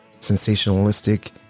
sensationalistic